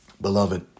Beloved